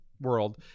world